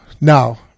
Now